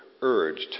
urged